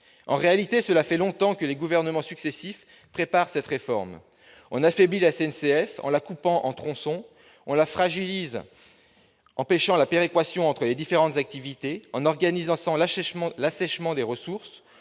En réalité, cela fait longtemps que les gouvernements successifs préparent cette réforme. On a affaibli la SNCF en la coupant en tronçons, on l'a fragilisée en empêchant la péréquation entre les différentes activités, en organisant l'assèchement des ressources,